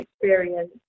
experience